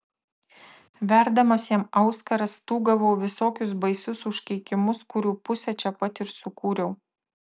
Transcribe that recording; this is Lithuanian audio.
verdamas jam auskarą stūgavau visokius baisius užkeikimus kurių pusę čia pat ir sukūriau